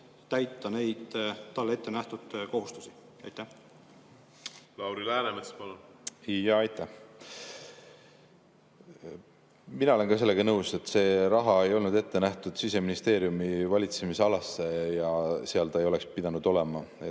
täita talle ettenähtud kohustusi? Lauri Läänemets, palun! Lauri Läänemets, palun! Aitäh! Mina olen ka sellega nõus, et see raha ei olnud ette nähtud Siseministeeriumi valitsemisalasse ja seal ta ei oleks pidanud olema.